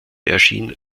erschien